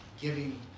giving